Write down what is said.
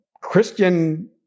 Christian